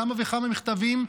כמה וכמה מכתבים,